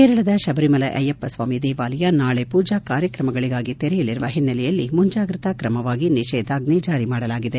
ಕೇರಳದ ಶಬರಿಮಲೈ ಅಯ್ಯಪ್ಪಸ್ವಾಮಿ ದೇವಾಲಯ ನಾಳೆ ಮೂಜಾ ಕಾರ್ಯಕ್ರಮಗಳಿಗಾಗಿ ತೆರೆಯಲಿರುವ ಹಿನ್ನೆಲೆಯಲ್ಲಿ ಮುಂಜಾಗೃತ ಕ್ರಮವಾಗಿ ಈ ನಿಷೇಧಾಜ್ನೆ ಜಾರಿ ಮಾಡಲಾಗಿದೆ